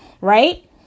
Right